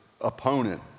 opponent